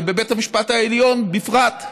ובבית המשפט העליון בפרט.